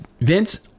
Vince